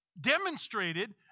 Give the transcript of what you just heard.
demonstrated